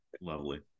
Lovely